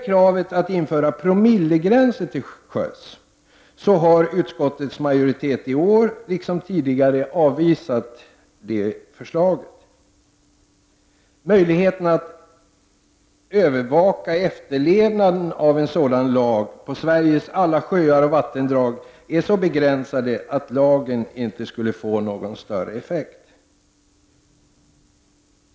Kravet på att införa promillegränser till sjöss har utskottets majoritet i år öjligheterna att övervaka efterlevnaden av en liksom tidigare år avvisat. Mö sådan lag på Sveriges alla sjöar och vattendrag är så begränsade att lagen inte skulle få någon större effekt.